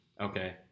Okay